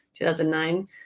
2009